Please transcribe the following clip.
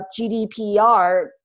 GDPR